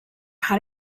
how